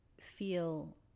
feel